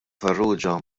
farrugia